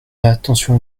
attention